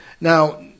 Now